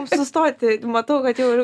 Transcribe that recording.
sustoti matau kad jau ir